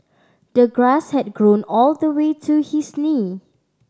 the grass had grown all the way to his knee